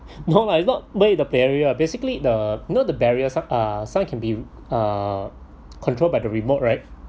no lah it's got where is the barrier are basically the you know the barriers of uh some can be uh control by the remote right